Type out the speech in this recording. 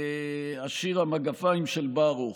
השיר "המגפיים של ברוך":